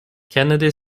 kennedy